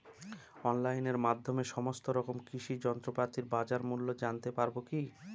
অনলাইনের মাধ্যমে সমস্ত রকম কৃষি যন্ত্রপাতির বাজার মূল্য জানতে পারবো কি?